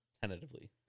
Tentatively